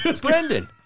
brendan